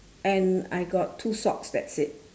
and I got two socks that's it